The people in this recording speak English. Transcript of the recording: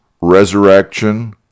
resurrection